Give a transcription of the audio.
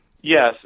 Yes